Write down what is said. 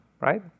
right